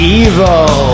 evil